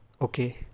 Okay